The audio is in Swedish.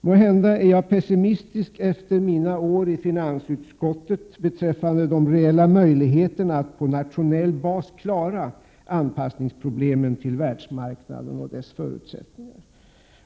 Måhända är jag efter mina år i finansutskottet pessimistisk beträffande de reella möjligheterna att på nationell bas klara anpassningsproblemen till världsmarknaden och dess förutsättningar.